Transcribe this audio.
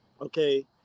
okay